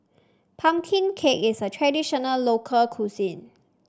Pumpkin cake is a traditional local cuisine